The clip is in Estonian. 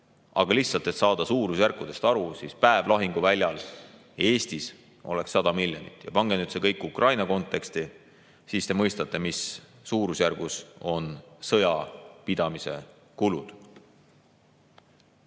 Aga lihtsalt, et saada suurusjärkudest aru: päev lahinguväljal Eestis oleks 100 miljonit. Ja pange nüüd see kõik Ukraina konteksti, siis te mõistate, mis suurusjärgus on sõjapidamise